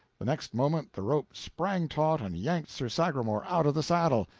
the next moment the rope sprang taut and yanked sir sagramor out of the saddle!